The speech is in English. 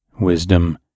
wisdom